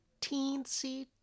teensy